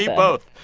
yeah both.